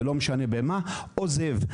ולא משנה במה עוזב.